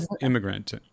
immigrant